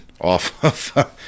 off